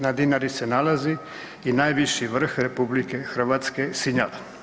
Na Dinari se nalazi i najviši vrh RH, Sinjal.